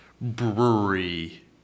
brewery